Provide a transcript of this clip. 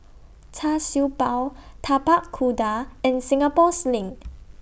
Char Siew Bao Tapak Kuda and Singapore Sling